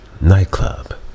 Nightclub